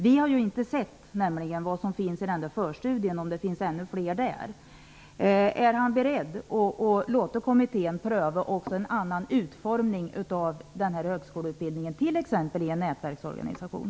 Vi har ju inte sett vad som finns i förstudien -- kanske finns det ännu fler alternativ där. Är utbildningsministern beredd att låta kommittén pröva också en annan utformning av den här högskoleutbildningen, t.ex. i en nätverksorganisation?